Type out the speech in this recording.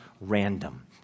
random